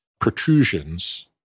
protrusions